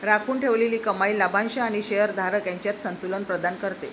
राखून ठेवलेली कमाई लाभांश आणि शेअर धारक यांच्यात संतुलन प्रदान करते